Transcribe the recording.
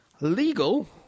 legal